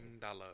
dollar